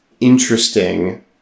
interesting